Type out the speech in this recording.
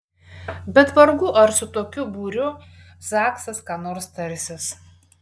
bet vargu ar su tokiu būriu zaksas ką nors tarsis